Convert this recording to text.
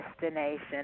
destination